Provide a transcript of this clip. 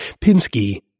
Pinsky